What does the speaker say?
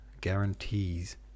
Guarantees